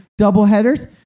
doubleheaders